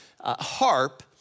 harp